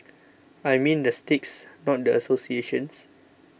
I mean the sticks not the associations